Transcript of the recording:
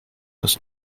ist